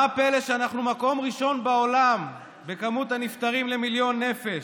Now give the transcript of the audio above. מה הפלא שאנחנו במקום הראשון בעולם במספר הנפטרים למיליון נפש?